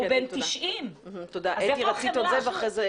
הוא בן 90. איפה החמלה?